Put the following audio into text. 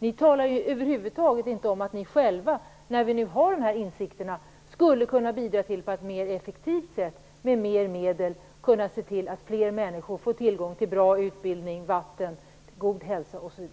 Ni talar över huvud taget inte om att ni själva, när vi nu har de här insikterna, skulle kunna bidra till att på ett mer effektivt sätt, med mer medel, se till att fler människor får tillgång till bra utbildning, vatten, god hälsa osv.